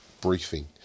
briefing